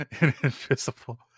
invisible